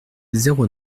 zéro